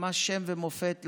ממש שם ומופת לנושא,